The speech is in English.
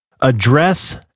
address